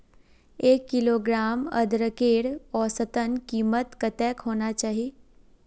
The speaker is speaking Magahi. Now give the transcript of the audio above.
एक किलोग्राम अदरकेर औसतन कीमत कतेक होना चही?